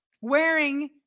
wearing